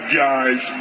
guys